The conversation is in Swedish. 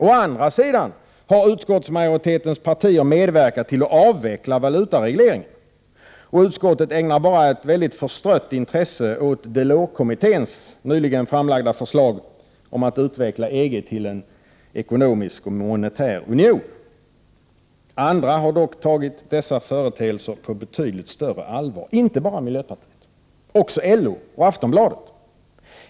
Å andra sidan har utskottsmajoritetens partier medverkat till att avveckla valutaregleringen. Utskottet ägnar bara ett förstrött intresse åt Delorskommitténs nyligen framlagda förslag om att utveckla EG till en ekonomisk och monetär union. Andra har dock tagit dessa företeelser på betydligt större allvar. Det gäller inte bara miljöpartiet utan också LO och Aftonbladet.